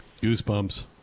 Goosebumps